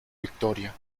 victoria